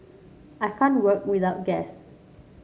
I can't work without gas